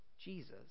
Jesus